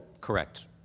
Correct